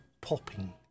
popping